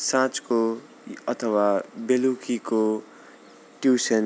साँझको अथवा बेलुकीको ट्युसन